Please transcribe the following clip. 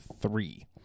three